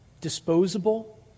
disposable